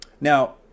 Now